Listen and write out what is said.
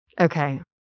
okay